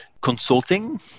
consulting